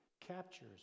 captures